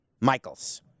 Michaels